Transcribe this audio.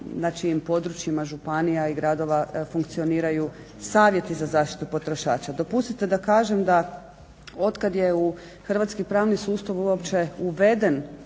na čijim područjima županija i gradova funkcioniraju savjeti za zaštitu potrošača. Dopustite da kažem da od kada je u hrvatski pravni sustav uopće uveden